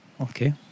Okay